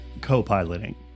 co-piloting